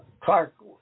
Clark